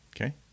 Okay